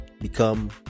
become